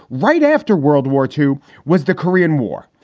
right after world war two was the korean war.